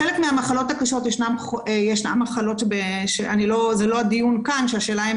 בחלק מהמחלות הקשות ישנן מחלות שהשאלה היא אם